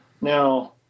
now